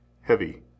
heavy